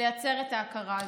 לייצר את ההכרה הזאת.